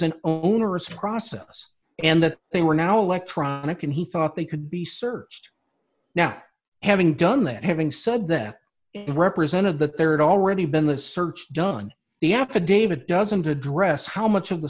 an onerous process and that they were now electronic and he thought they could be searched now having done that having said that it represented the rd already been the search done the affidavit doesn't address how much of the